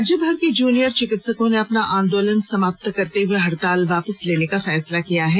राज्यभर के जूनियर चिकित्सकों ने अपना आंदोलन समाप्त करते हुए हड़ताल वापस लेने का फैसला किया है